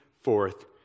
forth